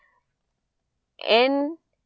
and